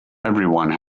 everyone